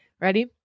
Ready